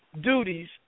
duties